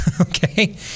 Okay